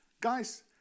Guys